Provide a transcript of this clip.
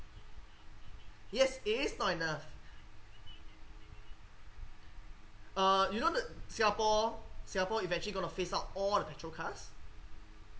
yes it is not in a uh you know that singapore singapore eventually going to phase out all the petrol cars